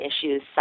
issues